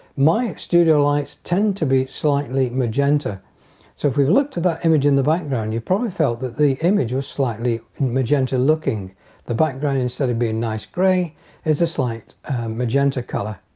my studio lights tend to be slightly magenta so if we look to that image in the background you've probably felt that the image was slightly and magenta looking the background instead of being nice gray is a slight magenta color.